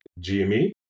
GME